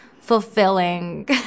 fulfilling